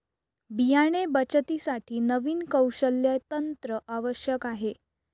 बियाणे बचतीसाठी नवीन कौशल्य तंत्र आवश्यक आहे